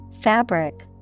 fabric